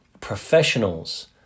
professionals